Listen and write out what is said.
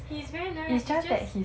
he's very nice it's just